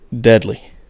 deadly